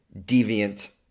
deviant